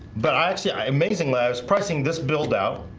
but i actually i amazing laughs pricing this build out